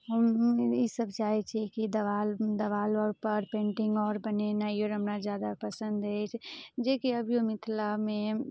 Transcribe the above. हम इसभ चाहय छी कि देवाल देवाल अरपर पेन्टिंग आओर बनेनाइ हमरा जादा पसन्द अछि जे कि अभियो मिथिलामे